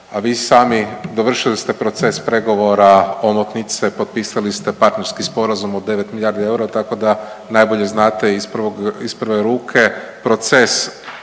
a vi sami dovršili ste proces pregovora omotnice, potpisali ste partnerski sporazum o 9 milijardi eura, tako da najbolje znate iz prve ruke proces donošenja